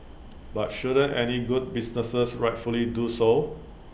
but shouldn't any good businesses rightfully do so